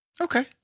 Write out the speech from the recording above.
Okay